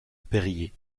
périer